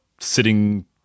sitting